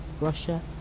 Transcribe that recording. russia